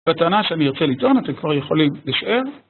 בטענה שאני ארצה לטעון, אתם כבר יכולים לשער...